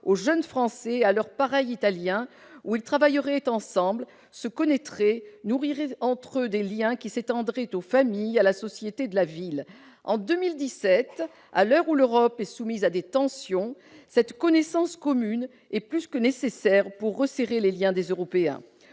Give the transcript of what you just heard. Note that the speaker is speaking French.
aux jeunes Français et à leurs pareils italiens, où ils travailleraient ensemble, se connaîtraient, nourriraient entre eux des liens qui s'étendraient aux familles, à la société de la ville ». En 2017, à l'heure où l'Europe est soumise à des tensions, cette connaissance commune est plus que nécessaire pour resserrer les liens des Européens.